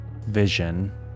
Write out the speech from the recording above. vision